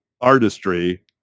artistry